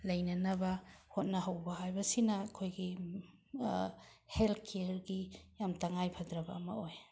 ꯂꯩꯅꯅꯕ ꯍꯣꯠꯅꯍꯧꯕ ꯍꯥꯏꯕꯁꯤꯅ ꯑꯩꯈꯣꯏꯒꯤ ꯍꯦꯜ ꯀꯦꯌꯥꯔꯒꯤ ꯌꯥꯝ ꯇꯉꯥꯏ ꯐꯗ꯭ꯔꯕ ꯑꯃ ꯑꯣꯏ